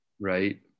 Right